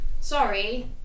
Sorry